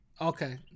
Okay